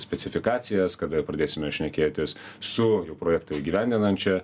specifikacijas kada pradėsime šnekėtis su projektą įgyvendinančia